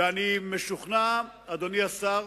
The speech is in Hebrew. ואני משוכנע, אדוני השר,